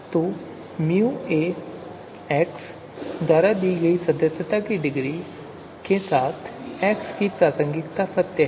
तो µA द्वारा दी गई सदस्यता की डिग्री के साथ x की प्रासंगिकता सत्य है